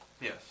Yes